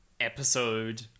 episode